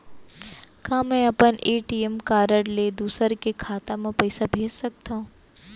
का मैं अपन ए.टी.एम कारड ले दूसर के खाता म पइसा भेज सकथव?